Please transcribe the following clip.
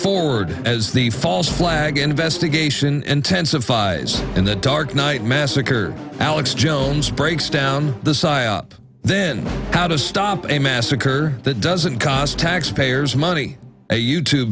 forward as the false flag investigation intensifies in the dark night massacre alex jones breaks down the psyop then how to stop a massacre that doesn't cost taxpayers money a you